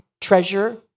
treasure